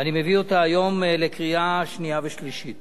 ואני מביא אותה היום לקריאה שנייה ושלישית.